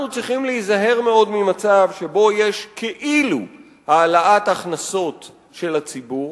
אנחנו צריכים להיזהר מאוד ממצב שבו יש כאילו העלאת הכנסות של הציבור,